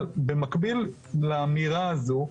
אבל במקביל לאמירה הזו,